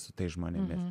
su tais žmonėmis